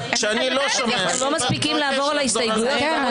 כשאני לא שומע, אני מבקש לחזור על המספר.